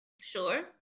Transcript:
Sure